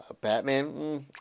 Batman